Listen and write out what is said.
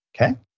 Okay